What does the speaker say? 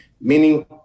meaning